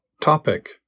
topic